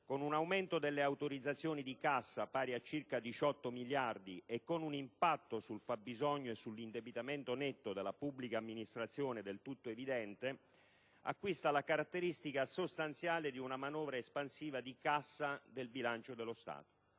con un aumento delle autorizzazioni di cassa, pari a circa 18 miliardi, e con un impatto sul fabbisogno e sull'indebitamento netto della pubblica amministrazione del tutto evidente acquista la caratteristica sostanziale di una manovra espansiva di cassa del bilancio dello Stato.